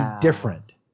different